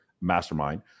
mastermind